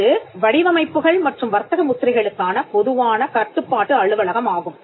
இது வடிவமைப்புகள் மற்றும் வர்த்தக முத்திரைகளுக்கான பொதுவான கட்டுப்பாட்டு அலுவலகம் ஆகும்